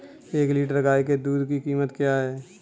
एक लीटर गाय के दूध की कीमत क्या है?